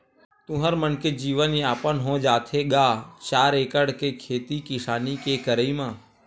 तुँहर मन के जीवन यापन हो जाथे गा चार एकड़ के खेती किसानी के करई म?